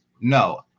no